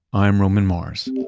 i'm roman mars.